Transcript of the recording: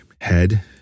head